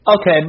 Okay